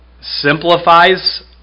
simplifies